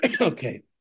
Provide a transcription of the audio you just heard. okay